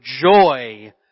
joy